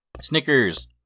Snickers